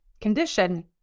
condition